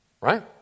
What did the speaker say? right